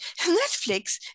netflix